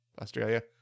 Australia